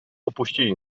opuścili